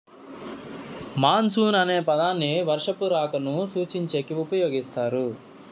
monsoon అనే పదాన్ని వర్షపు రాకను సూచించేకి ఉపయోగిస్తారు